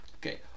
okay